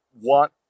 want